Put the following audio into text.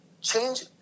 change